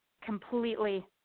completely